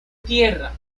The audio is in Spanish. tierra